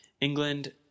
England